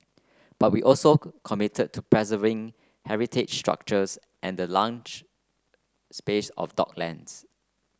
but we also committed to preserving heritage structures and the lunch space of docklands